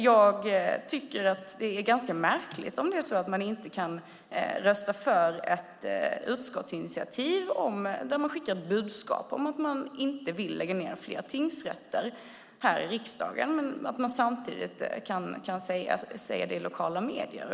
Jag tycker att det är märkligt om man inte kan rösta för ett utskottsinitiativ där man skickar ett budskap om att riksdagen inte vill att fler tingsrätter ska läggas ned men samtidigt kan säga det i lokala medier.